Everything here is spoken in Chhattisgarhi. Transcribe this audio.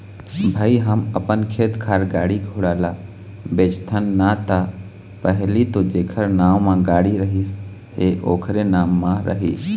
भई हम अपन खेत खार, गाड़ी घोड़ा ल बेचथन ना ता पहिली तो जेखर नांव म गाड़ी रहिस हे ओखरे नाम म रही